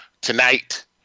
tonight